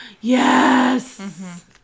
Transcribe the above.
Yes